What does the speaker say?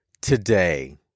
today